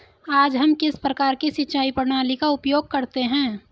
आज हम किस प्रकार की सिंचाई प्रणाली का उपयोग करते हैं?